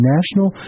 National